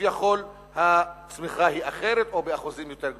כשכביכול הצמיחה היא אחרת או באחוזים יותר גדולים.